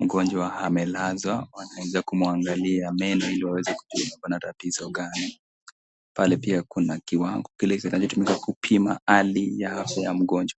Mgonjwa amelazwa wanaweza kumwangalia meno ili waweze kujua kuna tatizo gani, pale pia kuna kiwango kile kinachotumika kupima hali ya afya ya mgonjwa.